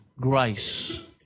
grace